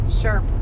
Sure